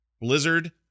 Blizzard